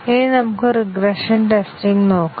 ഇനി നമുക്ക് regression testing നോക്കാം